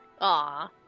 Aw